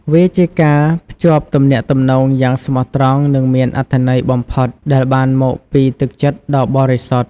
វាជាការភ្ជាប់ទំនាក់ទំនងយ៉ាងស្មោះត្រង់និងមានអត្ថន័យបំផុតដែលបានមកពីទឹកចិត្តដ៏បរិសុទ្ធ។